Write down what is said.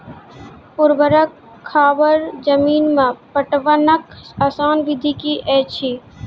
ऊवर खाबड़ जमीन मे पटवनक आसान विधि की ऐछि?